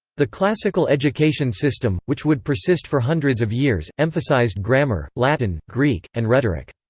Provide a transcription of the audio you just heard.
the classical education system, which would persist for hundreds of years, emphasized grammar, latin, greek, and rhetoric.